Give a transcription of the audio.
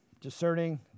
Discerning